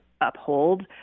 uphold